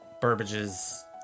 Burbage's